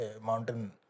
mountain